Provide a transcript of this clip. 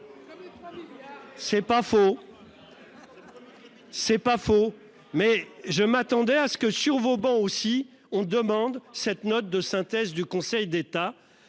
C'est pas faux. C'est pas faux mais je m'attendais à ce que sur vos bancs aussi on demande cette note de synthèse du Conseil d'État.